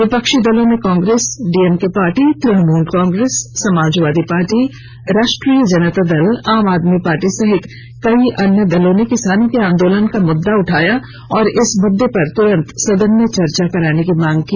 विपक्षी दलों में Congress DMK party Trinamool Congress Samajwadi party Rashtriya Janata Dal Aam Aadmi party सहित कई अन्य दलों ने किसानों के आंदोलन का मुद्दा उठाया और इस मुद्दे पर त्रंत सदन में चर्चा करने की मांग की